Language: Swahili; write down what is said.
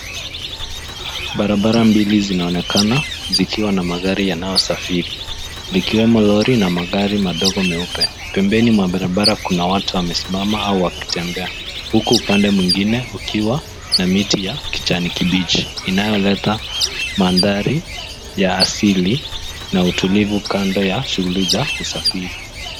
Barabara mbili zinaonekana zikiwa na magari yanayosafiri, ikiwemo lori na magari madogo meupe. Pembeni mwa barabara kuna watu wamesimama au wakitembea huku upande mwengine ukiwa na miti ya kijani kibichi inayoleta mandhari ya asili na utulivu kando ya shughuli za usafiri.